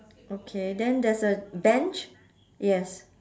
okay then there's a bench yes